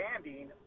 standing